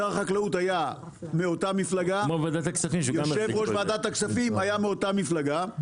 שר החקלאות היה מאותה מפלגה ויושב-ראש ועדת הכספים היה מאותה מפלגה,